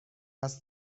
است